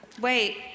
Wait